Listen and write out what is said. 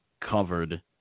covered